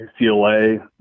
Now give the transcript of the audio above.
UCLA